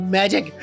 magic